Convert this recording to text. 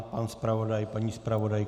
Pan zpravodaj, paní zpravodajka?